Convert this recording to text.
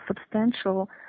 substantial